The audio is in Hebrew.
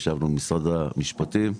ישבנו במשרד המשפטים,